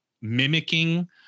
mimicking